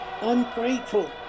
Ungrateful